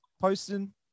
posting